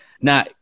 Now